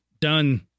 done